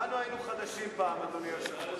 כולנו היינו חדשים פעם, אדוני היושב-ראש.